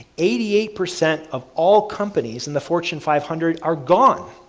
eighty eight percent of all companies in the fortune five hundred are gone,